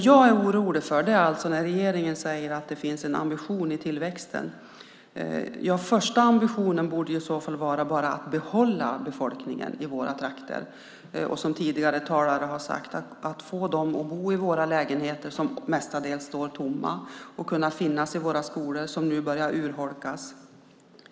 Jag blir orolig när regeringen säger att det finns en ambition i tillväxten. Första ambitionen borde vara att behålla befolkningen i våra trakter. Tidigare talare har talat om att få dem att bo i våra lägenheter - som mestadels står tomma - och att gå i våra skolor - där elevunderlaget börjar urholkas.